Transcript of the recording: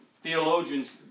Theologians